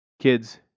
Kids